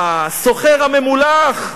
הסוחר הממולח,